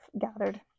gathered